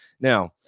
now